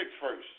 first